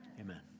amen